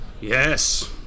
Yes